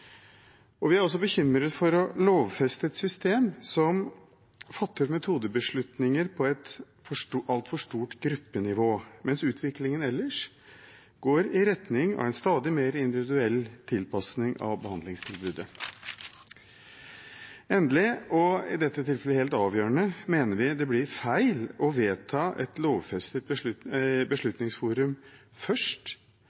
Vi er også bekymret for å lovfeste et system som fatter metodebeslutninger på et altfor stort gruppenivå, mens utviklingen ellers går i retning av en stadig mer individuell tilpasning av behandlingstilbudet. Endelig og i dette tilfellet helt avgjørende mener vi det blir feil å vedta et lovfestet